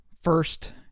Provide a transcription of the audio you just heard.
First